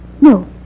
No